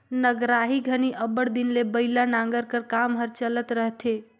नगराही घनी अब्बड़ दिन ले बइला नांगर कर काम हर चलत रहथे